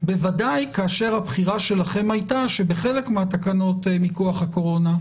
בוודאי כאשר הבחירה שלכם הייתה שבחלק מהתקנות מכוח הקורונה,